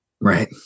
Right